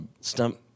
Stump